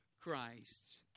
Christ